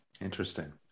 Interesting